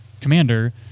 commander